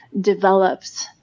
develops